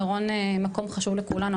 מירון מקום חשוב לכולנו,